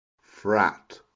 frat